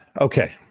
okay